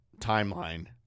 timeline